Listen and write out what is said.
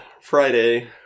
Friday